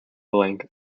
blanc